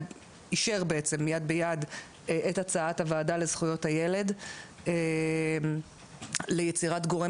בעצם אישר יד ביד את הצעת הוועדה לזכויות הילד ליצירת גורם